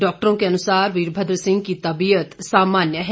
डॉक्टरों के अनुसार वीरभद्र सिंह की तबीयत सामान्य है